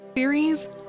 Theories